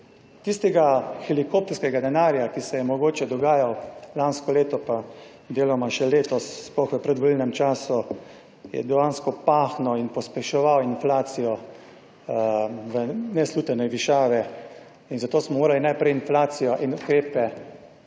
Tistega helikopterskega denarja, ki se je mogoče dogajal lansko leto pa deloma še letos sploh v predvolilnem času je dejansko pahnil in pospeševal inflacijo v neslutene višave in zato smo morali najprej inflacijo in ukrepe